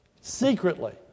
secretly